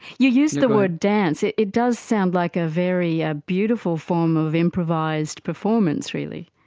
you use the word dance, it it does sound like a very ah beautiful form of improvised performance really.